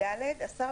(ד)השר,